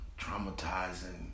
traumatizing